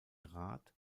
rad